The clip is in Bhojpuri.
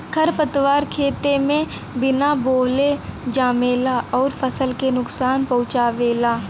खरपतवार खेते में बिना बोअले जामेला अउर फसल के नुकसान पहुँचावेला